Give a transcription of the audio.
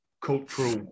cultural